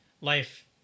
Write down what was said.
life